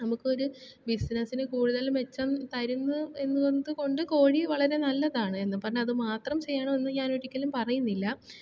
നമുക്കൊരു ബിസിനസ്സിനു കൂടുതലും മെച്ചം തരുന്നു എന്നതു കൊണ്ടു കോഴി വളരെ നല്ലതാണ് എന്നു പറഞ്ഞു അതു മാത്രം ചെയ്യണം എന്ന് ഞാൻ ഒരിക്കലും പറയുന്നില്ല